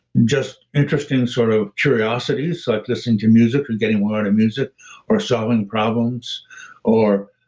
just interesting sort of curiosities like listen to music or getting ah to music or solving problems or.